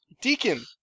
Deacon